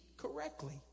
Correctly